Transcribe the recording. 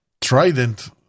trident